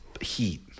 heat